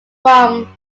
from